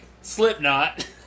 Slipknot